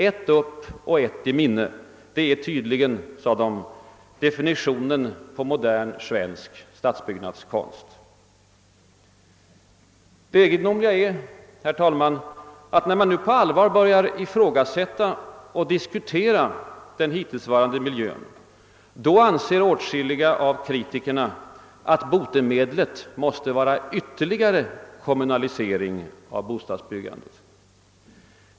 Ett upp och ett i minne, det är tydligen definitionen på modern svensk stadsbyggnadskonst.» Det egendomliga är att när man nu på allvar börjar ifrågasätta och diskutera den hittillsvarande miljön anser åtskilliga av kritikerna att botemedlet måste vara ytterligare kommunalisering av bostadsbyggandet.